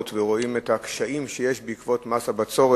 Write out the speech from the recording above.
ורואים את הקשיים שיש בעקבות מס הבצורת,